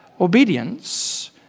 Obedience